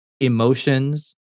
emotions